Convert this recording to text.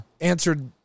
answered